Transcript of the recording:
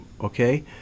okay